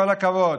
כל הכבוד,